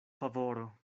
favoro